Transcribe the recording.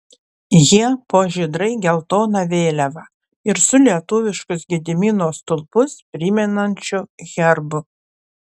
jie po žydrai geltona vėliava ir su lietuviškus gedimino stulpus primenančiu herbu